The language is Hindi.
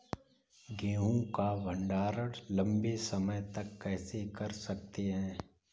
गेहूँ का भण्डारण लंबे समय तक कैसे कर सकते हैं?